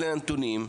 אלה הנתונים.